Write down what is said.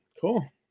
Cool